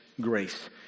grace